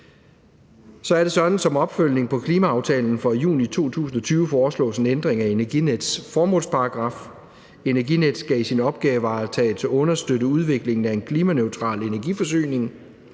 Så er det sådan, at der som opfølgning på klimaaftalen for juni 2020 foreslås en ændring af Energinets formålsparagraf. Energinet skal i sin opgavevaretagelse understøtte udviklingen af en klimaneutral energiforsyning,